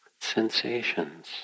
sensations